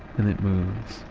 and it moves.